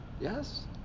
Yes